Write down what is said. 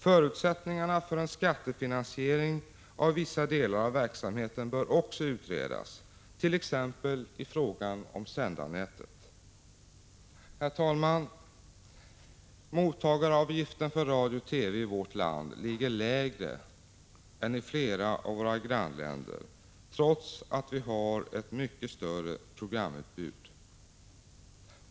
Förutsättningarna för en skattefinansiering av vissa delar av verksamheten bör också utredas, t.ex. i fråga om sändarnätet. Herr talman! Mottagaravgiften för radio och TV i vårt land är lägre än i flera av våra grannländer, trots att vi har ett mycket större programutbud.